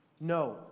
No